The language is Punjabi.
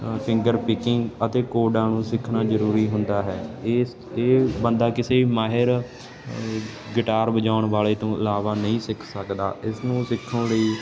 ਸਿੰਗਰ ਪੀਕਿੰਗ ਅਤੇ ਕੋਡਾਂ ਨੂੰ ਸਿੱਖਣਾ ਜ਼ਰੂਰੀ ਹੁੰਦਾ ਹੈ ਇਸ ਇਹ ਬੰਦਾ ਕਿਸੇ ਵੀ ਮਾਹਿਰ ਗਿਟਾਰ ਵਜਾਉਣ ਵਾਲੇ ਤੋਂ ਇਲਾਵਾ ਨਹੀਂ ਸਿੱਖ ਸਕਦਾ ਇਸਨੂੰ ਸਿੱਖਣ ਲਈ